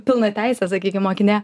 pilnateisė sakykim mokinė